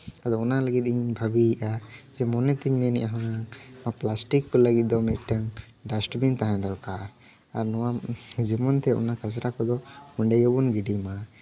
ᱟᱫᱚ ᱚᱱᱟ ᱞᱟᱹᱜᱤᱫ ᱤᱧ ᱤᱧ ᱵᱷᱟᱹᱵᱤᱭᱮᱫᱼᱟ ᱪᱮ ᱢᱚᱱᱮ ᱛᱤᱧ ᱢᱮᱱᱮᱫᱼᱟ ᱦᱩᱱᱟᱹᱝ ᱯᱞᱟᱥᱴᱤᱠ ᱠᱚ ᱞᱟᱹᱜᱤᱫ ᱫᱚ ᱢᱤᱫᱴᱟᱹᱱ ᱰᱟᱥᱴᱵᱤᱱ ᱛᱟᱦᱮᱸ ᱫᱚᱨᱠᱟᱨ ᱟᱨ ᱡᱮᱢᱚᱱ ᱛᱮ ᱚᱱᱟ ᱠᱟᱪᱨᱟ ᱠᱚᱫᱚ ᱚᱸᱰᱮ ᱜᱮᱵᱚᱱ ᱜᱤᱰᱤᱭᱢᱟ